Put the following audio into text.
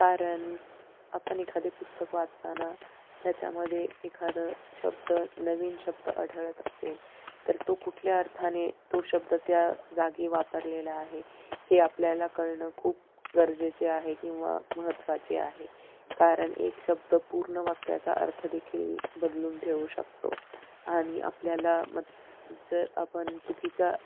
कारण आपण एखादे पुस्तक वाचताना त्याच्यामध्ये एखादं शब्द नवीन शब्द आढळत असेल तर तो कुठल्या अर्थाने तो शब्द त्या जागी वापरलेला आहे हे आपल्याला कळणं खूप गरजेचे आहे किंवा महत्त्वाचे आहे कारण एक शब्द पूर्ण वाक्याचा अर्थदेखील बदलून ठेवू शकतो आणि आपल्याला मग जर आपण चुकीच्या